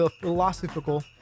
philosophical